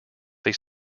they